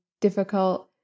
difficult